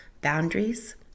Boundaries